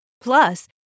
Plus